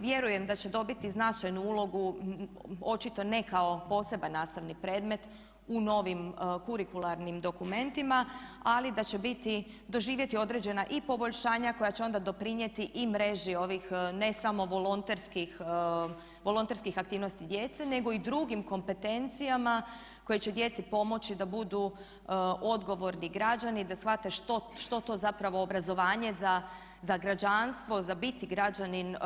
Vjerujem da će dobiti značajnu ulogu, očito ne kao poseban nastavni predmet u novim kurikularnim dokumentima ali da će biti, doživjeti određena i poboljšanja koja će onda doprinijeti i mreži ovih ne samo volonterskih aktivnosti djece nego i drugim kompetencijama koje će djeci pomoći da budu odgovorni građani i da shvate što to zapravo obrazovanje za građanstvo, za biti građanin